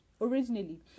originally